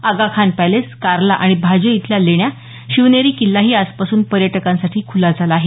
Aga Khan palace Karla आणि भाजे इथल्या लेण्या शिवनेरी किल्लाही आजपासून पर्यटकांसाठी ख्रला झाला आहे